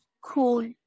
cool